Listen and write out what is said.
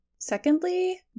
Secondly